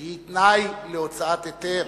שהיא תנאי להוצאת היתר,